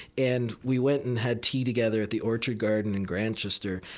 and we went and had tea together at the orchard garden in grantchester,